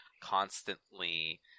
constantly